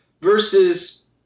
Versus